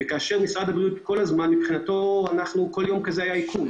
כאשר מבחינת משרד הבריאות כל יום כזה הוא עיכוב.